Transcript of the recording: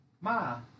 Ma